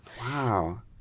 Wow